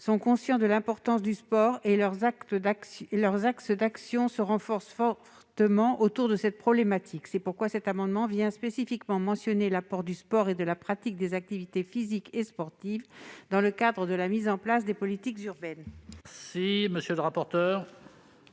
sont conscients de l'importance du sport et leurs axes d'action se renforcent fortement autour de cette problématique. C'est pourquoi cet amendement tend à mentionner spécifiquement l'apport du sport et de la pratique des activités physiques et sportives dans le cadre de la mise en place des politiques urbaines. Quel est l'avis de